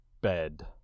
bed